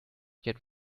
yet